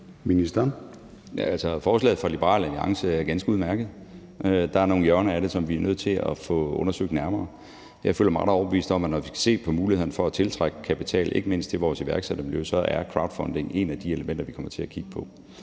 Forslaget fra Liberal Alliance er ganske udmærket. Der er nogle hjørner af det, som vi er nødt til at få undersøgt nærmere. Jeg føler mig ret overbevist om, at når vi skal se på muligheden for at tiltrække kapital ikke mindst til vores iværksættermiljø, er crowdfunding et af de elementer, vi kommer til at kigge på.